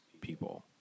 people